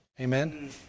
Amen